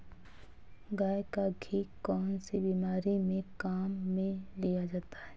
गाय का घी कौनसी बीमारी में काम में लिया जाता है?